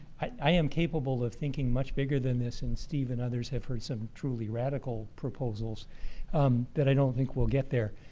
i am capable of thinking much bigger than this, and steve and others have heard some truly radical proposals that i don't think will get there.